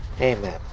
Amen